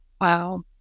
Wow